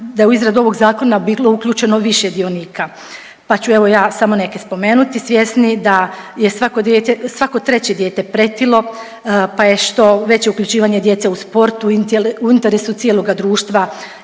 da je u izradu ovog zakona bilo uključeno više dionika, pa ću evo ja samo neke spomenuti. Svjesni da je svako dijete, svako treće dijete pretilo, pa je što veće uključivanje djece u sport u interesu cijeloga društva,